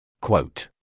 Quote